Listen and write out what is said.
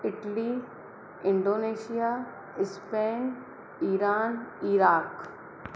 Italy Indonesia Spain Iran Iraq